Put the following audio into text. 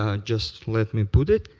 ah just let me put it.